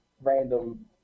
random